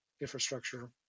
infrastructure